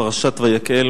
פרשת ויקהל,